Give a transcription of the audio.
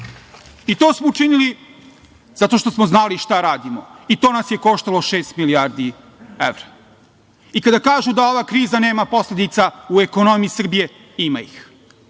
To smo učinili zato što smo znali šta radimo i to nas je koštalo šest milijardi evra. Kada kažu da ova kriza nema posledica u ekonomiji Srbije ima ih.